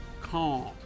calm